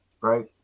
right